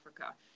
Africa